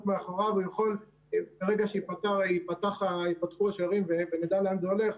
מאחוריו והוא יכול ברגע שייפתחו השערים ונדע לאן זה הולך,